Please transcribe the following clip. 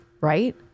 right